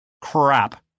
Crap